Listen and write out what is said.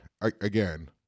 again